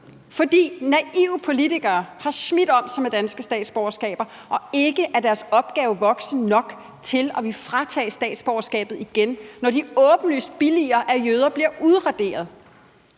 fordi naive politikere har smidt om sig med danske statsborgerskaber og ikke er deres opgave voksen nok til at ville fratage folk statsborgerskabet igen, når de åbenlyst billiger, at jøder bliver udraderet,